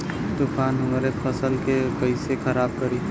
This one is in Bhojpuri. तूफान हमरे फसल के कइसे खराब करी?